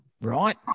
Right